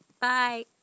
Bye